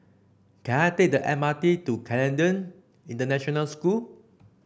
can I take the M R T to Canadian International School